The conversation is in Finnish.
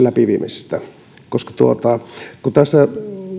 läpiviemisestä tässä